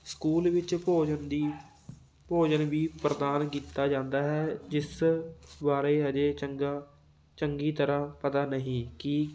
school ਵਿੱਚ ਭੋਜਨ ਦੀ ਭੋਜਨ ਵੀ ਪ੍ਰਦਾਨ ਕੀਤਾ ਜਾਂਦਾ ਹੈ ਜਿਸ ਬਾਰੇ ਅਜੇ ਚੰਗਾ ਚੰਗੀ ਤਰ੍ਹਾਂ ਪਤਾ ਨਹੀਂ ਕਿ